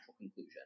conclusion